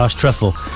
Truffle